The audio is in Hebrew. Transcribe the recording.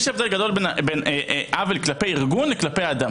יש הבדל גדול בין עוול כלפי ארגון לכלפי אדם.